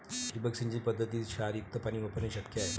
ठिबक सिंचन पद्धतीत क्षारयुक्त पाणी वापरणे शक्य आहे